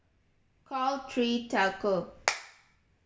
call three telco